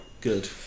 good